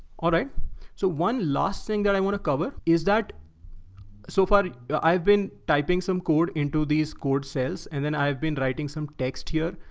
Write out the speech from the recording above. so one last thing that i want to cover is that so far yeah i've been typing some code into these code cells, and then i've been writing some text here,